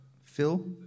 Phil